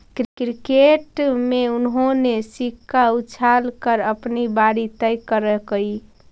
cricket में उन्होंने सिक्का उछाल कर अपनी बारी तय करकइ